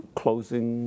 closing